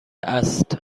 است